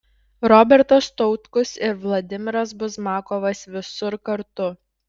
robertas tautkus ir vladimiras buzmakovas visur kartu